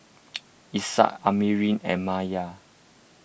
Ishak Amrin and Maya